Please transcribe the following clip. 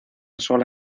sola